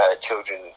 children